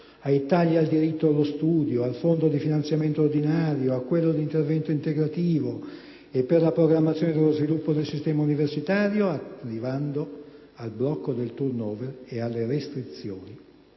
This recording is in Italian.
ai tagli al diritto allo studio, al fondo di finanziamento ordinario, a quello di intervento integrativo e per la programmazione dello sviluppo del sistema universitario, arrivando al blocco del *turn over* e alle restrizioni